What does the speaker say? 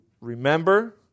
remember